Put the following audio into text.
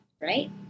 Right